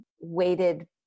weighted